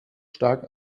stark